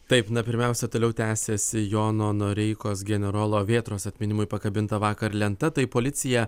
taip na pirmiausia toliau tęsiasi jono noreikos generolo vėtros atminimui pakabinta vakar lenta tai policija